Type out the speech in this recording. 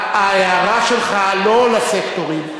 ההערה שלך לא לסקטורים.